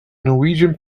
norwegian